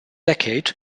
decade